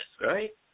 right